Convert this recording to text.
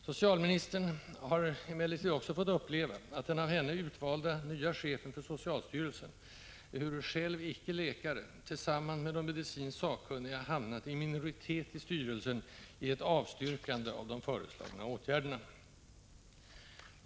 Socialministern har emellertid också fått uppleva att den av henne utvalda nya chefen för socialstyrelsen — ehuru själv icke läkare — tillsamman med de medicinskt sakkunniga hamnat i minoritet i styrelsen i ett avstyrkande av de föreslagna åtgärderna.